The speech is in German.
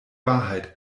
wahrheit